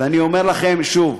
ואני אומר לכם שוב,